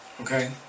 okay